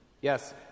Yes